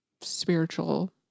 spiritual